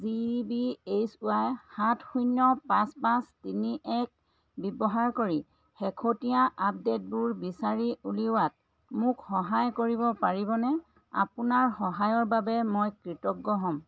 G B H Y সাত শূন্য পাঁচ পাঁচ তিনি এক ব্যৱহাৰ কৰি শেহতীয়া আপডে'টবোৰ বিচাৰি উলিওৱাত মোক সহায় কৰিব পাৰিবনে আপোনাৰ সহায়ৰ বাবে মই কৃতজ্ঞ হ'ম